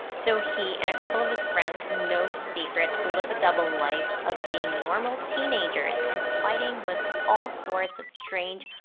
so, he and a couple of his friends, who know his secret, live a double life of being normal teenagers and fighting with all sorts of strange,